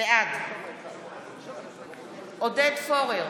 בעד עודד פורר,